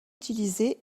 utilisées